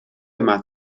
yma